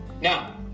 Now